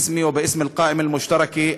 בשמי ובשם הרשימה המשותפת.